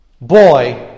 boy